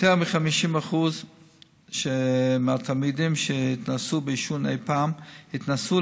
יותר מ-50% מהתלמידים שהתנסו בעישון אי-פעם התנסו